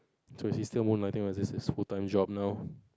so is he still moonlighting or is this his full time job now